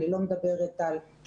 אני לא מדברת על י"ג,